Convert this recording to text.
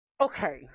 Okay